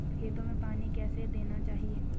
खेतों में पानी कैसे देना चाहिए?